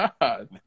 God